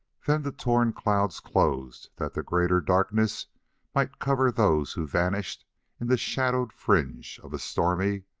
then the torn clouds closed that the greater darkness might cover those who vanished in the shadowed fringe of a stormy,